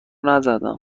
نزدم